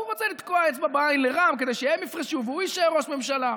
הוא רוצה לתקוע אצבע בעין לרע"מ כדי שהם יפרשו והוא יישאר ראש ממשלה.